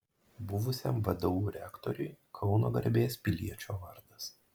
buvusiam vdu rektoriui kauno garbės piliečio vardas